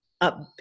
up